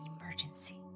emergency